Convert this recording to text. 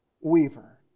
Weaver